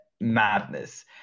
madness